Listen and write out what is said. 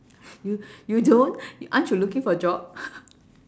you you don't aren't you looking for job